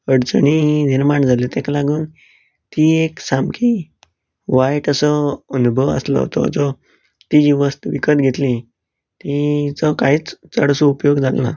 अडचणी निर्माण जाल्यो तेकां लागून ती एक सामकी वायट असो अणभव आसलो तो जो ती जी वस्त विकत घेतली तिचो कांयच चड असो उपयोग जालोना